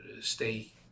stay